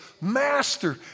Master